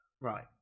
Right